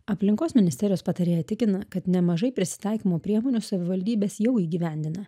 aplinkos ministerijos patarėja tikina kad nemažai prisitaikymo priemonių savivaldybės jau įgyvendina